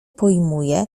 pojmuję